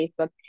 Facebook